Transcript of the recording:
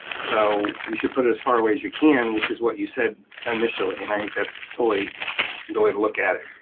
so you should put it as far away as you can, which is what you said initially, and i think that's totally the way to look at it.